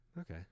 Okay